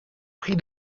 prix